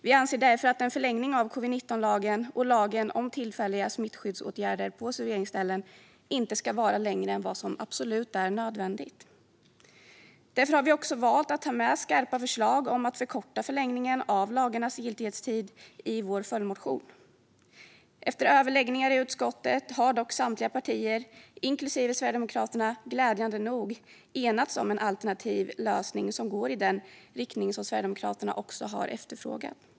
Vi anser därför att en förlängning av covid-19-lagen och lagen om tillfälliga smittskyddsåtgärder på serveringsställen inte ska vara längre än vad som är absolut nödvändigt. Därför har vi också valt att ta med skarpa förslag om att förkorta förlängningen av lagarnas giltighetstid i vår följdmotion. Efter överläggningar i utskottet har dock samtliga partier, inklusive Sverigedemokraterna, glädjande nog enats om en alternativ lösning som går i den riktning som Sverigedemokraterna har efterfrågat.